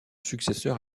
successeur